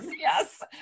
Yes